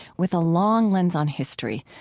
with a long lens on history,